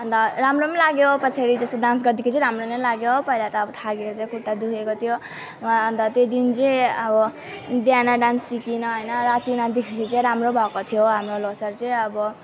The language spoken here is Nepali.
अनि त राम्रो पनि लाग्यो पछाडि त्यस्तो डान्स गर्दाखेरि चाहिँ राम्रो पनि लाग्यो पहिला त थाकेको थियो खुट्टा दुखेको थियो वहाँ अनि त त्यो दिन चाहिँ अब बिहान डान्स सिकिनँ हैन राति नाच्दाखेरि चाहिँ राम्रो भएको थियो हाम्रो लोसर चाहिँ अब